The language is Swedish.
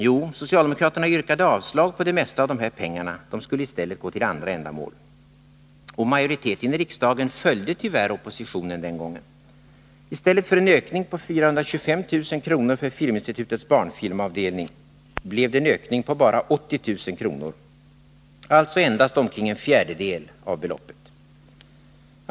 Jo, socialdemokraterna yrkade avslag på det mesta av de här pengarna — det skulle i stället gå till andra ändamål. Och majoriteten i riksdagen följde tyvärr oppositionen den gången. I stället för en ökning på 425 000 kr. för Filminstitutets barnfilmsavdelning blev det en ökning på bara 80 000 kr., således endast omkring en fjärdedel av beloppet.